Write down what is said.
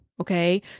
okay